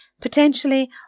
Potentially